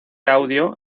audio